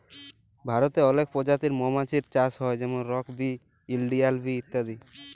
ভারতে অলেক পজাতির মমাছির চাষ হ্যয় যেমল রক বি, ইলডিয়াল বি ইত্যাদি